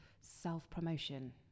self-promotion